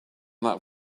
that